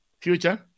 future